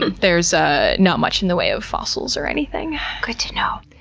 there's ah not much in the way of fossils or anything. good to know.